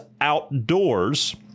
outdoors